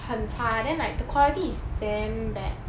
很差 then like the quality is damn bad